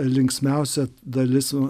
linksmiausia dalis va